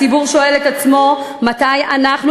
הציבור שואל את עצמו מתי אנחנו,